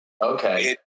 Okay